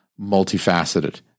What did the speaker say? multifaceted